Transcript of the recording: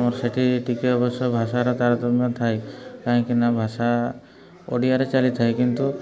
ଆମର ସେଇଠି ଟିକେ ଅବଶ୍ୟ ଭାଷାର ତାରତମ୍ୟ ଥାଏ କାହିଁକି ନା ଭାଷା ଓଡ଼ିଆରେ ଚାଲିଥାଏ କିନ୍ତୁ